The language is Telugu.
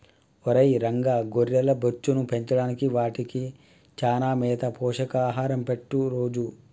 ఒరై రంగ గొర్రెల బొచ్చును పెంచడానికి వాటికి చానా మేత పోషక ఆహారం పెట్టు రోజూ